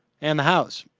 and the house